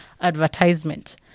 advertisement